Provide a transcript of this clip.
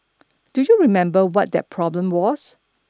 do you remember what that problem was